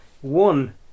one